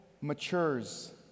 matures